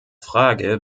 frage